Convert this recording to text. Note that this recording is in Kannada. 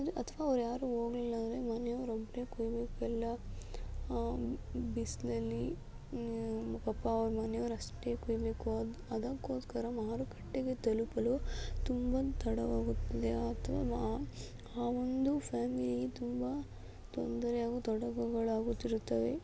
ಅಥ್ವಾ ಅವರು ಯಾರೂ ಹೋಗ್ಲಿಲ್ಲಾಂದ್ರೆ ಮನೆಯವರೊಬ್ಬರೇ ಕೊಯ್ಬೇಕು ಎಲ್ಲ ಬಿಸಿಲಲ್ಲಿ ಪಾಪ ಅವರ ಮನೆಯವರಷ್ಟೇ ಕೊಯ್ಬೇಕು ಅದು ಅದಕ್ಕೋಸ್ಕರ ಮಾರುಕಟ್ಟೆಗೆ ತಲುಪಲು ತುಂಬ ತಡವಾಗುತ್ತದೆ ಅಥ್ವಾ ಆ ಆ ಒಂದು ಫ್ಯಾಮಿಲಿ ತುಂಬ ತೊಂದರೆ ಹಾಗೂ ತೊಡಕುಗಳಾಗುತ್ತಿರುತ್ತವೆ